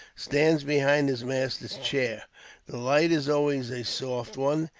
stands behind his master's chair. the light is always a soft one,